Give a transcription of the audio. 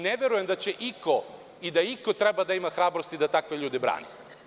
Ne verujem da iko treba da ima hrabrosti da takve ljude brani.